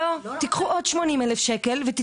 ניקח את ה-80 מיליון שקל וניתן לארגונים ואז?